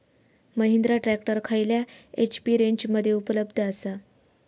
Mahindra tractor खयल्या HP रेंजमध्ये उपलब्ध आसा?